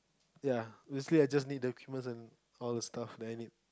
ya basically I just need equipments and all the stuff that I need